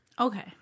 Okay